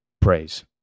praise